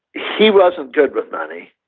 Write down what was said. he wasn't good with money.